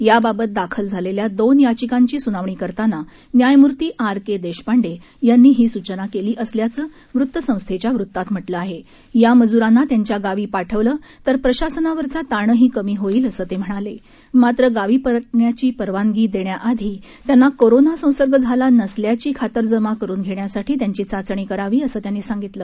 याबाबत दाखल झालखा दोन याचिकांची सुनावणी करताना न्यायमूर्ती आर कंडिजांडखांनी ही सूचना कल्ली असल्याचं वृत्तसंस्थव्या वृत्तात म्हटलं आहा आ मजुरांना त्यांच्या गावी पाठवलं तर प्रशासनावरचा ताणही कमी होईल असं ता म्हणाला आत्र गावी परतण्याची परवानगी दध्याआधी त्यांना कोरोना संसर्ग झाला नसल्याची खातरजमा करुन घध्यासाठी त्यांची चाचणी करावी असं त्यांनी सांगितलं